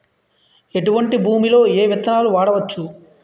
ఎటువంటి భూమిలో ఏ విత్తనాలు వాడవచ్చు?